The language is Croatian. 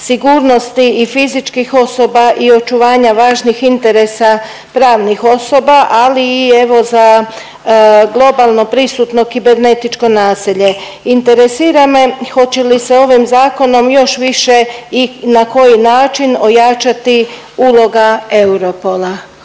sigurnosti i fizičkih osoba i očuvanja važnih interesa pravnih osoba, ali i evo za globalno prisutno kibernetičko nasilje. Interesira me hoće li se ovim zakonom još više i na koji način ojačati uloga Europola?